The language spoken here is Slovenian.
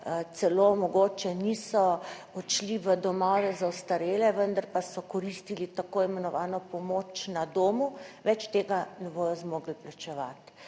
celo mogoče niso odšli v domove za ostarele, vendar pa so koristili tako imenovano pomoč na domu, več tega ne bodo zmogli plačevati.